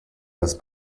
this